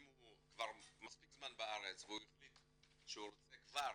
אם הוא כבר מספיק זמן בארץ והוא החליט שהוא רוצה כבר